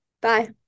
Bye